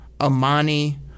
Amani